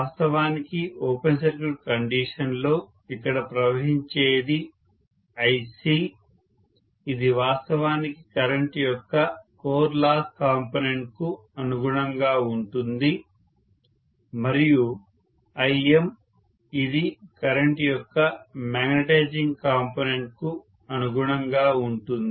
వాస్తవానికి open circuit condition లో ఇక్కడ ప్రవహించేది IC ఇది వాస్తవానికి కరెంటు యొక్క కోర్ లాస్ కాంపోనెంట్ కు అనుగుణంగా ఉంటుంది మరియు Imఇది కరెంటు యొక్క మ్యాగ్నెటైజింగ్ కాంపోనెంట్ కు అనుగుణంగా ఉంటుంది